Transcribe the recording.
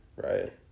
right